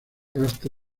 hasta